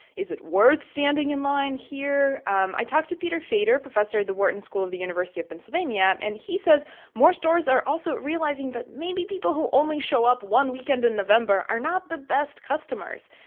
is it worth standing in line here? um i talked to peter fader, professor at the wharton school of the university of pennsylvania, and he says more stores are also realizing that maybe people who only show up one weekend in november are not the best customers.